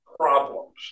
problems